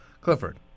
Clifford